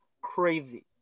crazy